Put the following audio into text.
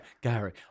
Gary